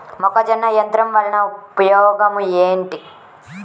మొక్కజొన్న యంత్రం వలన ఉపయోగము ఏంటి?